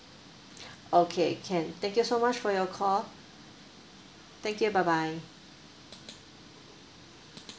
okay can thank you so much for your call thank you bye bye